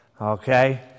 okay